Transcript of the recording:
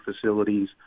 facilities